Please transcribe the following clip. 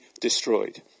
destroyed